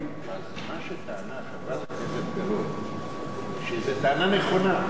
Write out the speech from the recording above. אז מה שטענה חברת הכנסת גלאון זו טענה נכונה,